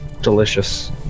Delicious